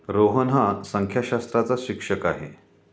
रोहन हा संख्याशास्त्राचा शिक्षक आहे